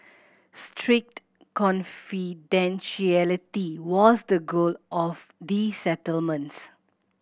strict confidentiality was the goal of the settlements